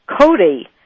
cody